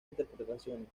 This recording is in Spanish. interpretaciones